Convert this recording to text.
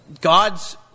God's